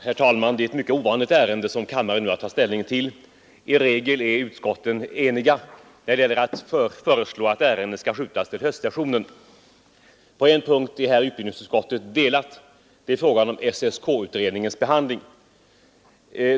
Herr talman! Det är en mycket ovanlig fråga som kammaren nu har att ta ställning till. I regel är utskotten eniga när det gäller att föreslå att ärenden skall hänskjutas till höstsessionen. På en punkt är utbildningsutskottet här delat, nämligen i fråga om länsskolnämndsutredningens behandling.